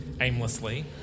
aimlessly